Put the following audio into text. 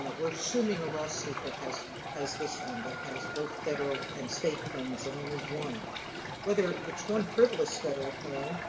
and we're assuming a lawsuit that has as this one, that has both federal and state claims and only one whether it's one frivolous federal claim